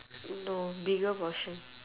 no bigger portion